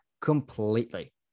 completely